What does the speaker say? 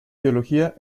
teología